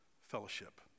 fellowship